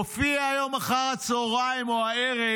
הופיעה היום אחר הצוהריים או הערב